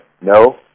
No